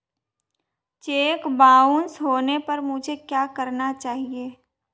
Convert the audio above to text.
Check bounce होने पर मुझे क्या करना चाहिए?